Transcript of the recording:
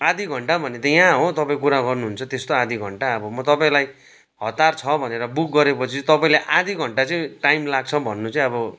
आदि घन्टा भन्ने त यहाँ हो तपाईँले कुरा गर्नु हुन्छ त्यस्तो आदि घन्टा अब म तपाईँलाई हतार छ भनेर बुक गरेपछि तपाईँले आदि घन्टा चाहिँ टाइम लाग्छ भन्नु चाहिँ अब